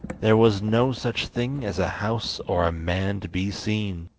there was no such thing as a house or a man to be seen.